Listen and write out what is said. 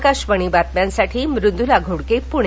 आकाशवाणी बातम्यांसाठी मृद्ला घोडके प्णे